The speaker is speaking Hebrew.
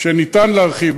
שניתן להרחיב.